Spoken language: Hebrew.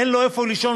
אין לו איפה לישון,